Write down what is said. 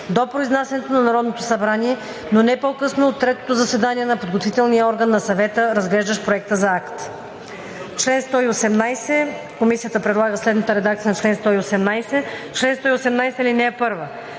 до произнасянето на Народното събрание, но не по-късно от третото заседание на подготвителния орган на Съвета, разглеждащ проекта на акт.“